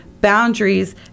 boundaries